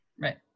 right